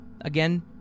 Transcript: Again